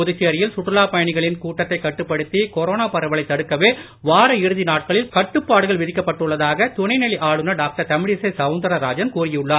புதுச்சேரியில் சுற்றுலாப் பயணிகளின் கூட்டத்தை கட்டுப்படுத்தி கொரோனா பரவலை தடுக்கவே வார இறுதி நாட்களில் கட்டுப்பாட்டுகள் விதிக்கப்பட்டுள்ளதாக துணைநிலை ஆளுநர் டாக்டர் தமிழிசை சவுந்தரராஜன் கூறியுள்ளார்